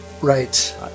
Right